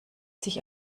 sich